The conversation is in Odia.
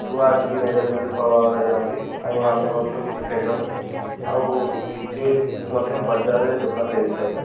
ଛୁଆ ଆସିକି ନେଇଯାଆନ୍ତି କେତେ ଫଳ ନେଇଯାନ୍ତି ଆଉ ଆମେ ମଧ୍ୟ କିଛି ଖାଇଥାଉ ଆଉ କିଛି ମଧ୍ୟ ବଜାରରେ ଦୋକାନ ଦେଇ ଦେଇଥାଉ